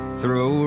throw